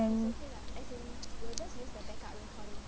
and